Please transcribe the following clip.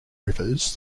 rivers